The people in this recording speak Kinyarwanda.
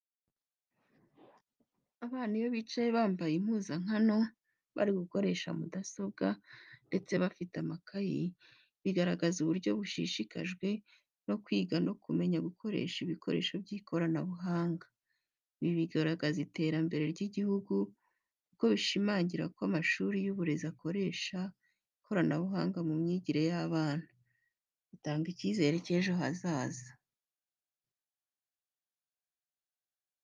Abana iyo bicaye bambaye impuzankano, bari gukoresha mudasobwa ndetse bafite amakayi, bigaragaza uburyo bashishikajwe no kwiga no kumenya gukoresha ibikoresho by'ikoranabuhanga. Ibi bigaragaza iterambere ry'igihugu, kuko bishimangira ko amashuri y'uburezi akoresha ikoranabuhanga mu myigire y'abana, bigatanga icyizere cy'ejo hazaza.